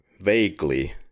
vaguely